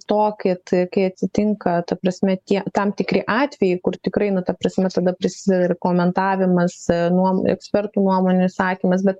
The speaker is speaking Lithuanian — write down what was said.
to kad kai atsitinka ta prasme tie tam tikri atvejai kur tikrai nu ta prasme visada prasideda ir komentavimas nuo ekspertų nuomonės sakymas bet